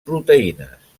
proteïnes